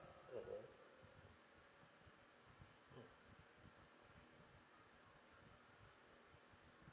ah like that mm